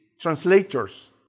translators